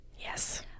Yes